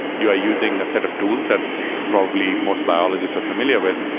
you are using a set of tools that probably most biologists are familiar with.